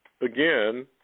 again